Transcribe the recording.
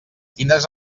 quines